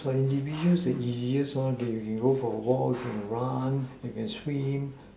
that's why individual is the easiest one that you can go for a walk you can run you can swim